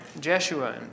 Jeshua